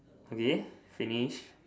okay finish